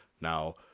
Now